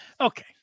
okay